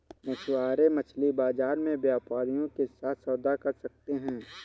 मछुआरे मछली बाजार में व्यापारियों के साथ सौदा कर सकते हैं